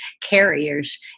carriers